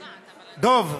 דב,